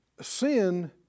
sin